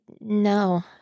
no